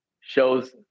shows